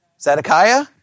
Zedekiah